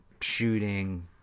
shooting